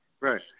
Right